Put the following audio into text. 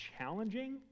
challenging